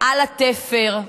על התפר,